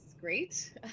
great